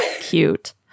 cute